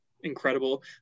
incredible